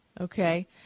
okay